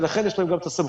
ולכן יש להם גם את הסמכות.